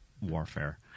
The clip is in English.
warfare